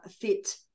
fit